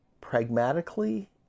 pragmatically